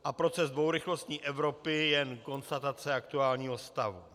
A proces dvourychlostní Evropy je jen konstatace aktuálního stavu.